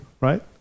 right